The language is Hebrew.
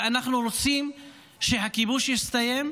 ואנחנו רוצים שהכיבוש יסתיים,